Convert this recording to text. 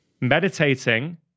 meditating